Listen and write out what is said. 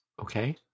Okay